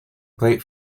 played